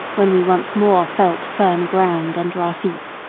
when we once more felt firm ground under our feet.